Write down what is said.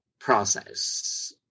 process